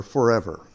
Forever